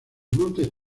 montes